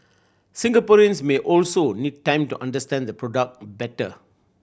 Singaporeans may also need time to understand the product better